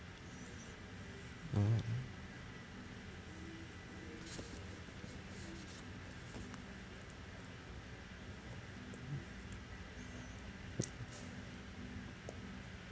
mmhmm